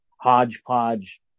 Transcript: Hodgepodge